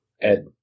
Ed